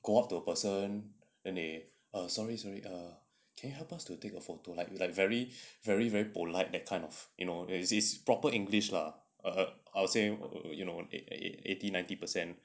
then they go up to a person then they uh sorry sorry err can you help us to take a photo like like very very very polite that kind of you know there's proper english lah I'll say !wah! eighty ninety percent